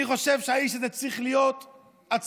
אני חושב שהאיש הזה צריך להיות עצור.